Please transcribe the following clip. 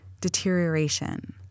deterioration